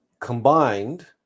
combined